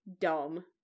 dumb